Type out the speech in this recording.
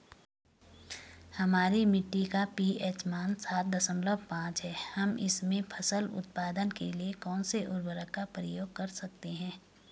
हमारी मिट्टी का पी.एच मान सात दशमलव पांच है हम इसमें फसल उत्पादन के लिए कौन से उर्वरक का प्रयोग कर सकते हैं?